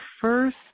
first